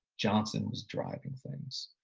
johnson was driving things.